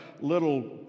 little